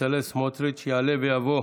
יעלה ויבוא,